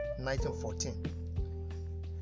1914